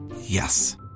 Yes